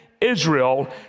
Israel